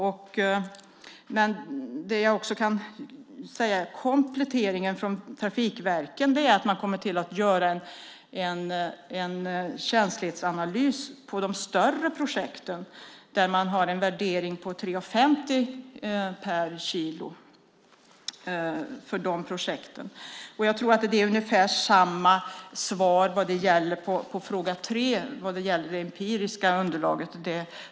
Jag kan också säga att kompletteringen från trafikverken är att man kommer att göra en känslighetsanalys på de större projekten, där man har en värdering på 3:50 kronor per kilo för de projekten. Jag tror att det är ungefär samma svar vad gäller fråga tre och det empiriska underlaget.